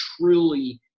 truly